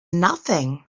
nothing